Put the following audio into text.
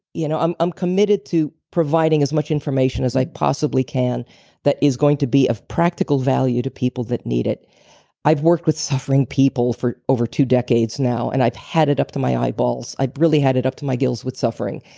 you know i'm um committed to providing as much information as i possibly can that is going to be of practical value to people that need it i've worked with suffering people for over two decades now. and i've had it up to my eyeballs. i've really had it up to my gills with suffering.